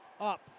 Up